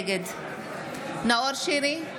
נגד נאור שירי,